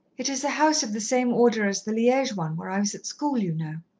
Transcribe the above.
it is a house of the same order as the liege one where i was at school, you know.